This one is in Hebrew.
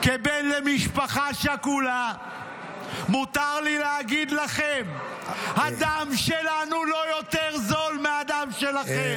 כבן למשפחה שכולה מותר לי להגיד לכם: הדם שלנו לא יותר זול מהדם שלכם.